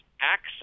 access